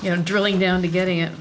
you know drilling down to getting it